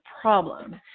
problem